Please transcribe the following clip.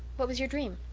what was your dream?